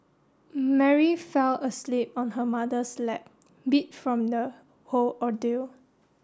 Mary fell asleep on her mother's lap beat from the whole ordeal